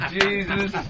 Jesus